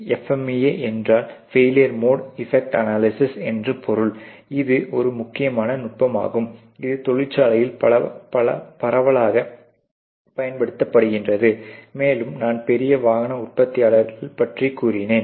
FMEA என்றால் failure mode effect analysis என்று பொருள் இது ஒரு முக்கியமான நுட்பமாகும் இது தொழிற்சாலையில் பரவலாகப் பயன்படுத்தப்படுகிறது மேலும் நான் பெரிய வாகன உற்பத்தியாளர்கள் பற்றி கூறினேன்